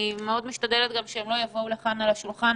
אני מאוד משתדלת גם שהם לא יבואו לכאן לשולחן,